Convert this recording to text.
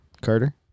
Carter